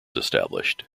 established